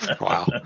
Wow